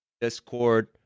Discord